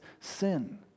sin